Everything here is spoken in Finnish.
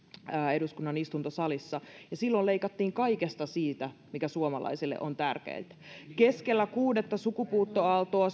eduskunnan istuntosalissa ja silloin leikattiin kaikesta siitä mikä suomalaisille on tärkeintä keskellä kuudetta sukupuuttoaaltoa